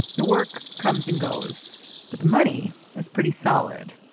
the work comes and goes but the money is pretty solid.